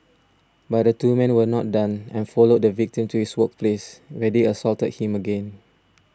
but the two men were not done and followed the victim to his workplace where they assaulted him again